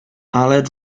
aled